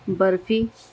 barfi